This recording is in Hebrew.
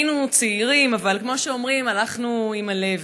היינו צעירים, אבל כמו שאומרים, הלכנו עם הלב.